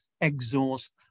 exhaust